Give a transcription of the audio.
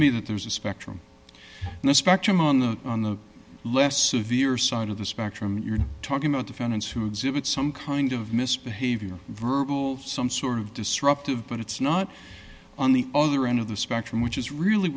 me that there's a spectrum in a spectrum on the on the less severe side of the spectrum you're talking about defendants who exhibit some kind of misbehavior verbal some sort of disruptive but it's not on the other end of the spectrum which is really